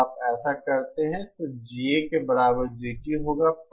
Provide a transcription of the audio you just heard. जब आप ऐसा करते हैं तो GA के बराबर GT होगा